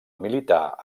militar